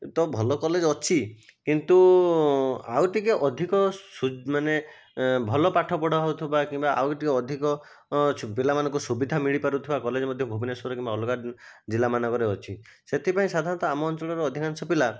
ତ ଭଲ କଲେଜ ଅଛି କିନ୍ତୁ ଆଉ ଟିକେ ଅଧିକ ସୁ ମାନେ ଭଲ ପାଠପଢ଼ା ହେଉଥିବା କିମ୍ବା ଆଉ ଟିକେ ଅଧିକ ସୁ ପିଲାମାନଙ୍କୁ ସୁବିଧା ମିଳୁପାରୁଥିବା କଲେଜ ମଧ୍ୟ ଭୁବନେଶ୍ୱରରେ କିମ୍ବା ଅଲଗା ଜିଲ୍ଲା ମାନଙ୍କରେ ଅଛି ସେଥିପାଇଁ ସାଧାରଣତଃ ଆମ ଅଞ୍ଚଳର ଅଧିକାଂଶ ପିଲା